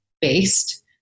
based